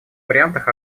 вариантах